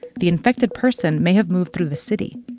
the infected person may have moved through the city,